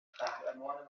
قهرمان